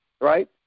Right